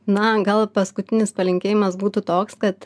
na gal paskutinis palinkėjimas būtų toks kad